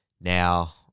Now